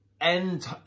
end